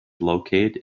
located